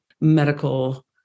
medical